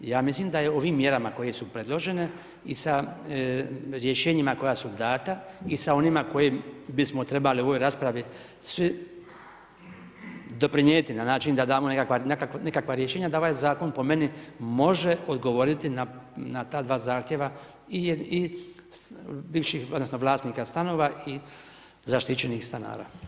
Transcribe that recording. Ja mislim da je ovim mjerama koje su preložene i sa rješenjima koja su dana i sa one koje bismo trebali u ovoj raspravi svi doprinijeti na način da damo nekakva rješenja, da ovaj zakon, po meni može odgovoriti, na ta dva zahtjeva i bivših, odnosno, vlasnika stanova i zaštićenih stanara.